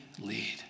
lead